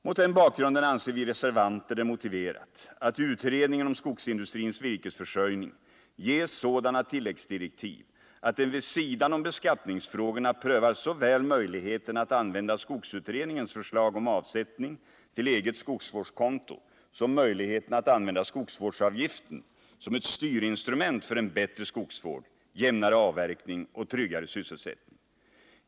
Mot den bakgrunden anser vi reservanter det motiverat att utredningen om skogsindustrins virkesförsörjning ges sådana tilläggsdirektiv att den vid sidan om beskattningsfrågorna prövar såväl möjligheterna att använda skogsutredningens förslag om avsättning till eget skogsvårdskonto som möjligheterna att använda skogsvårdsavgiften som ett styrinstrument för en bättre skogsvård, jämnare avverkning och tryggare sysselsättning.